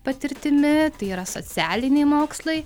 patirtimi tai yra socialiniai mokslai